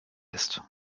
ist